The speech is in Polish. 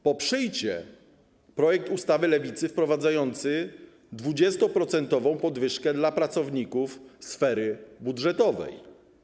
Poprzyjcie projekt ustawy Lewicy wprowadzający 20-procentową podwyżkę dla pracowników sfery budżetowej.